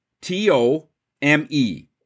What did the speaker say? T-O-M-E